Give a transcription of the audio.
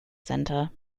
center